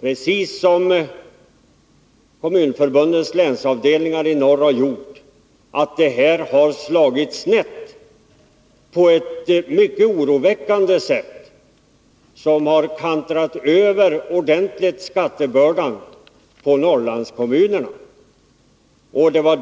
precis som Kommunförbundets länsavdelningar i norr har gjort, att detta har slagit snett på ett mycket oroväckande sätt. Det har kantrat över skattebördan på Norrlandskommunerna.